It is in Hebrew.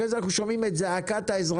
אחרי זה אנחנו שומעים את זעקת האזרחים,